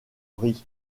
riz